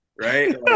right